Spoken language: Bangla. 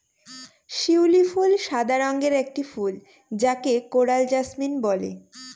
শিউলি ফুল সাদা রঙের একটি ফুল যাকে কোরাল জাসমিন বলে